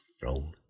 throne